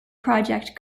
project